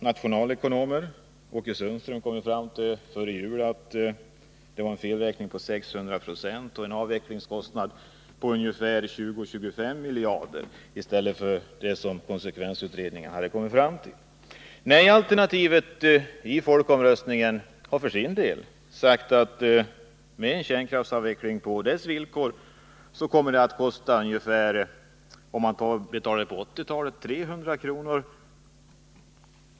Nationalekonomen Åke Sundström kom före jul fram till en felräkning på 600 20 och stannade vid en avvecklingskostnad på 20-25 miljarder. Nej-alternativet i folkomröstningen har för sin del sagt att med en kärnkraftsavveckling på dess villkor kommer kostnaderna, utslagna på 1980-talet, att bli 300 kr.